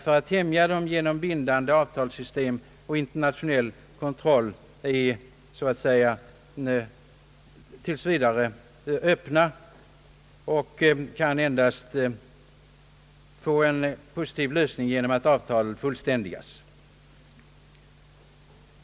Frågan kan få en positiv lösning endast genom att icke-spridningsavtalet fullständigas.